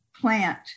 plant